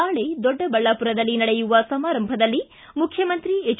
ನಾಳೆ ದೊಡ್ಡಬಳ್ಳಾಪುರದಲ್ಲಿ ನಡೆಯುವ ಸಮಾರಂಭದಲ್ಲಿ ಮುಖ್ಯಮಂತ್ರಿ ಎಚ್